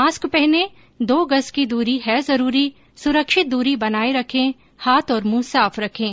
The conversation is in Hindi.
मास्क पहनें दो गज़ की दूरी है जरूरी सुरक्षित दूरी बनाए रखें हाथ और मुंह साफ रखें